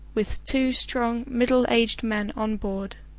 with two strong middle-aged men on board,